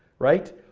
right?